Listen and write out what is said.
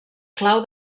clau